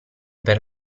per